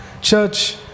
Church